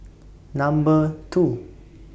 Number two